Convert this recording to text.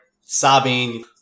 sobbing